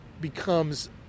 becomes